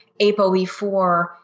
APOE4